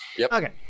okay